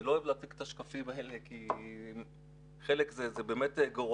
אני לא אוהב להציג את השקפים האלה כי חלק זה באמת גורל,